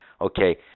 okay